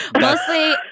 Mostly